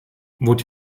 would